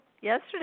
yesterday